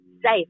safe